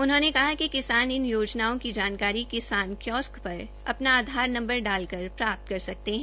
उन्होंने बताया कि इन योजनाओं की जानकारी किसान क्योसक पर अपना आधार नंबर डालकर प्राप्त कर सकते है